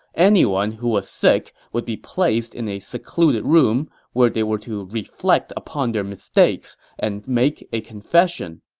anyone who was sick would be placed in a secluded room, where they were to reflect upon their mistakes and make a confession.